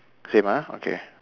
same ah okay